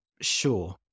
Sure